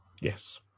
Yes